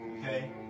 Okay